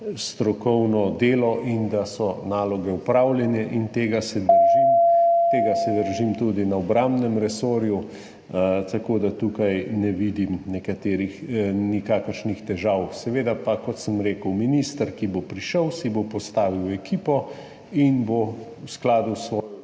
strokovno delo in da so naloge opravljene. In tega se držim. Tega se držim tudi na obrambnem resorju, tako da tukaj ne vidim nikakršnih težav. Seveda pa, kot sem rekel, minister, ki bo prišel, si bo postavil ekipo in bo v skladu s svojo